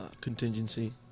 contingency